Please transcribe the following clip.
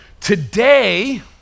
Today